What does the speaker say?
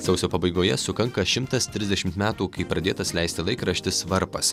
sausio pabaigoje sukanka šimtas trisdešimt metų kai pradėtas leisti laikraštis varpas